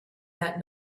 that